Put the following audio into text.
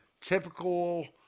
typical